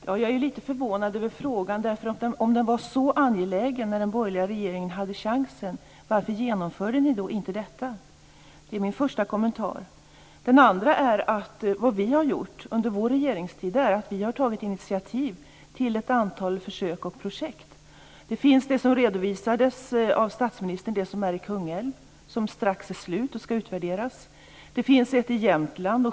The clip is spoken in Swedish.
Fru talman! Jag är litet förvånad över frågan. Om den var så angelägen varför genomförde inte den borgerliga regeringen detta när ni hade chansen? Det är min första kommentar. Den andra är att det vi har gjort under vår regeringstid är att ta initiativ till ett antal försök och projekt. Det projekt som redovisades av statsministern finns i Kungälv. Det är strax slutfört och skall utvärderas. Det finns ett annat i Jämtland.